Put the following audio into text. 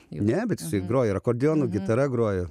ne bet jisai groja ir akordeonu gitara groja